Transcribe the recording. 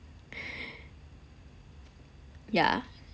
yeah